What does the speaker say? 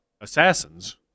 assassins